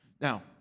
Now